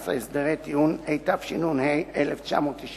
19) (הסדרי טיעון), התשנ"ה 1995,